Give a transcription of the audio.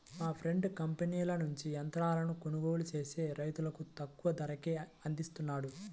మా ఫ్రెండు కంపెనీల నుంచి యంత్రాలను కొనుగోలు చేసి రైతులకు తక్కువ ధరకే అందిస్తున్నాడు